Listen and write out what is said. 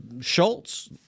Schultz